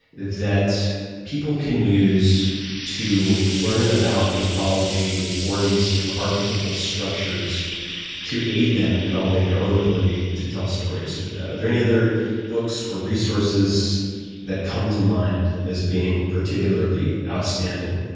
that people can use to learn about mythology or these sort of archetypical structures to aid them in developing their own ability to tell stories? are there any other books or resources that come to mind as being particularly outstanding?